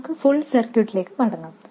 നമുക്ക് ഫുൾ സർക്യൂട്ടിലേക്ക് മടങ്ങാം